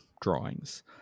drawings